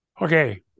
Okay